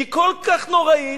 היא כל כך נוראית,